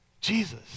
Jesus